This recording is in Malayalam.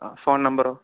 ആ ഫോൺ നമ്പറോ